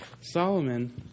Solomon